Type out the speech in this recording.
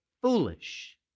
foolish